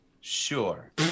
sure